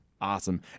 Awesome